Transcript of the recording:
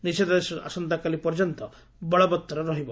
ନିଷେଧାଦେଶ ଆସନ୍ତାକାଲି ପର୍ଯ୍ୟନ୍ତ ବଳବତ୍ତର ରହିବ